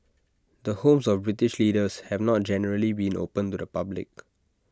the homes of British leaders have not generally been open to the public